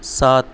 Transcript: سات